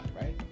right